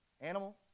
animal